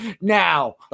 Now